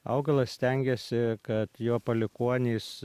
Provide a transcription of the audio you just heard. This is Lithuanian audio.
augalas stengiasi kad jo palikuonys